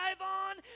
on